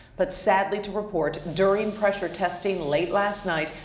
but sadly to report, during pressure testing late last night,